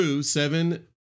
seven